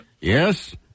Yes